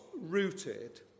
rooted